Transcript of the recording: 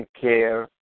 care